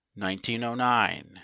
1909